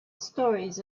stories